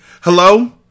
Hello